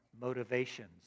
motivations